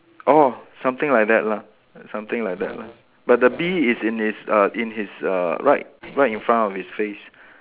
oh something like that lah something like that lah but the bee is in his uh in his uh right right in front of his face